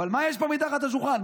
אבל מה יש פה מתחת לשולחן?